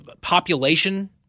population